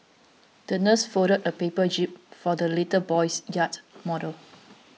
the nurse folded a paper jib for the little boy's yacht model